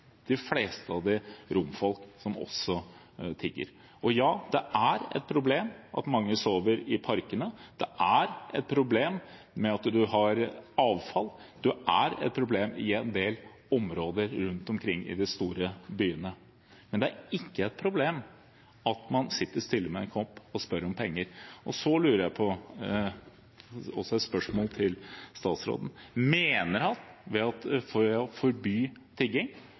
de siste år, de fleste av dem romfolk, som også tigger. Ja, det er et problem at mange sover i parkene, det er et problem med avfall, det er et problem i en del områder rundt omkring i de store byene. Men det er ikke et problem at man sitter stille med en kopp og spør om penger. Så har jeg et spørsmål til statsråden: Mener han at det å forby tigging